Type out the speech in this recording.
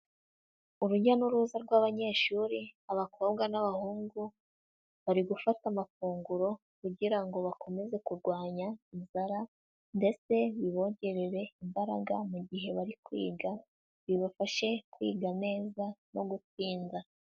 Urujya n'uruza rw'abanyeshuri, abakobwa n'abahungu, bari gufata amafunguro kugira ngo bakomeze kurwanya inzara ndetse bibongerere imbaraga mu gihe bari kwiga, bibafashe kwiga neza no gutsinda.